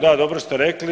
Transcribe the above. Da, dobro ste rekli.